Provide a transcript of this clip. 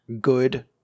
good